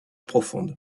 profonde